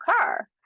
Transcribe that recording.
car